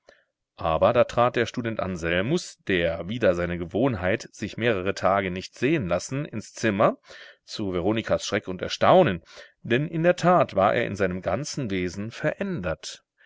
aber da trat der student anselmus der wider seine gewohnheit sich mehrere tage nicht sehen lassen ins zimmer zu veronikas schreck und erstaunen denn in der tat war er in seinem ganzen wesen verändert